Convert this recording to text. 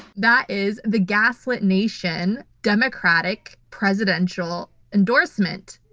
that is the gaslit nation democratic presidential endorsement.